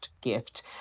gift